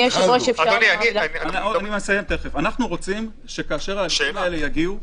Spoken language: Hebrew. אנו רוצים שכאשר הדברים האלה יגיעו,